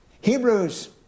Hebrews